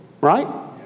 Right